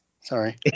sorry